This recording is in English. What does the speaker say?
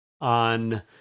on